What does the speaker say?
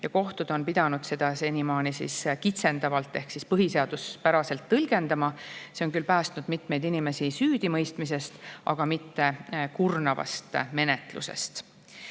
ja kohtud on pidanud seda senimaani kitsendavalt ehk põhiseaduspäraselt tõlgendama. See on küll päästnud mitmeid inimesi süüdimõistmisest, aga mitte kurnavast menetlusest.